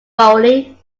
bowling